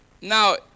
Now